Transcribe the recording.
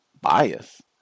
bias